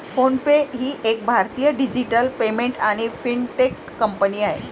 phone पे ही एक भारतीय डिजिटल पेमेंट आणि फिनटेक कंपनी आहे